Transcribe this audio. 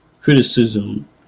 criticism